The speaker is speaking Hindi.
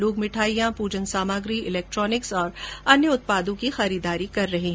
लोग मिठाइयां पूजन सामग्री इलेक्ट्रोनिक्स और अन्य उत्पादों की खरीददारी की जा रही है